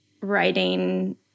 writing